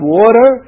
water